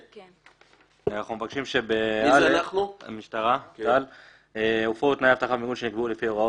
מבקשים שבמקום המילים "לביטחון